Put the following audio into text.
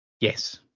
Yes